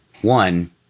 one